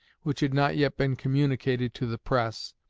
which had not yet been communicated to the press,